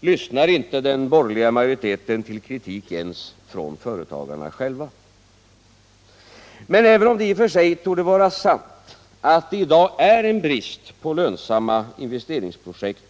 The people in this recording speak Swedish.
Lyssnar inte den borgerliga majoriteten till kritik ens från företagarna själva? Men även om det i och för sig torde vara sant att det i dag är brist på lönsamma investeringsprojekt.